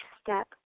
step